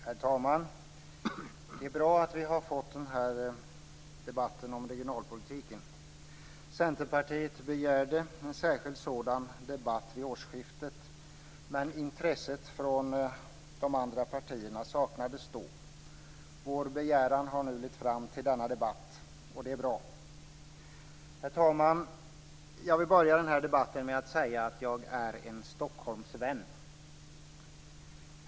Herr talman! Det är bra att vi har fått den här debatten om regionalpolitiken. Centerpartiet begärde en särskild sådan debatt vid årsskiftet, men intresset från de andra partierna saknades då. Vår begäran har nu lett fram till denna debatt. Det är bra. Herr talman! Jag vill börja debatten med att säga att jag är en Stockholmsvän.